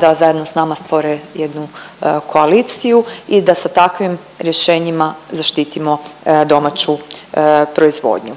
da zajedno s nama stvore jednu koaliciju i da sa takvim rješenjima zaštitimo domaću proizvodnju.